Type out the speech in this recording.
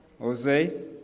Jose